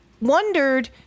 wondered